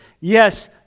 Yes